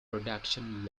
productions